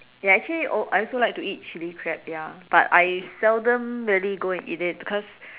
ya actually oh I also like to eat chilli crab ya but I seldom really go and eat it because